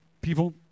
people